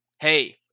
Hey